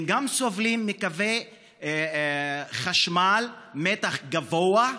הם סובלים גם מקווי חשמל מתח גבוה,